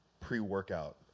pre-workout